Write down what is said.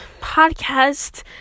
podcast